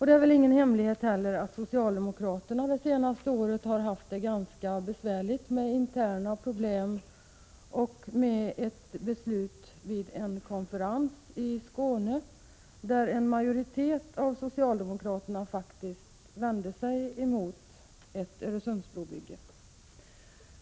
Det är väl ingen hemlighet att socialdemokraterna under det senaste året har haft det ganska besvärligt. Det gäller då interna problem och ett beslut vid en konferens i Skåne, där en majoritet av socialdemokraterna faktiskt var emot byggandet av en Öresundsbro.